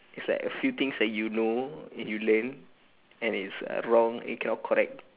it's like a few thing that you know and you learn and it's uh wrong you cannot correct